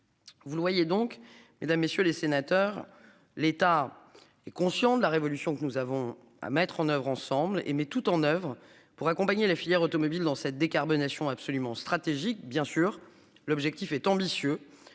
Vous le voyez donc, mesdames, messieurs les sénateurs. L'État est conscient de la révolution que nous avons à mettre en oeuvre ensemble et met tout en oeuvre pour accompagner la filière automobile dans cette décarbonation absolument stratégique bien sûr. L'objectif est ambitieux